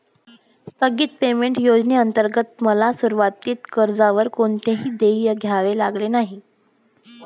स्थगित पेमेंट योजनेंतर्गत मला सुरुवातीला कर्जावर कोणतेही देय द्यावे लागले नाही